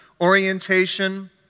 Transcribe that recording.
orientation